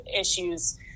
issues